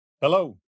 Hello